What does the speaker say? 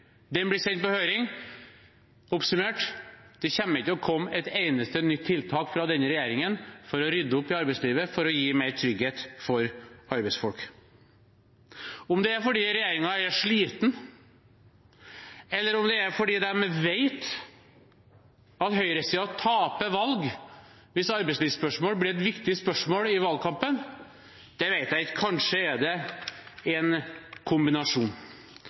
den blir sendt på høring. Oppsummert: Det kommer ikke til å komme et eneste nytt tiltak fra denne regjeringen for å rydde opp i arbeidslivet og gi mer trygghet til arbeidsfolk. Om det er fordi regjeringen er sliten, eller om det er fordi de vet at høyresiden taper valg hvis arbeidslivsspørsmål blir et viktig spørsmål i valgkampen, vet jeg ikke. Kanskje er det en kombinasjon.